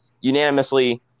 unanimously